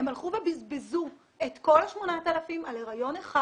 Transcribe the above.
הן הלכו ובזבזו את כל ה-8,000 על הריון אחד,